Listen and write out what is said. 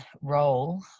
role